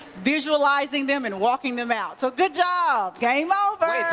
visualizing them and walking them out. so good job. game over.